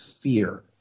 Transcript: fear